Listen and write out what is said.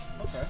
Okay